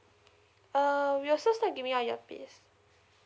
uh we also not giving you an earpiece